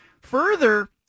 Further